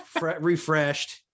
refreshed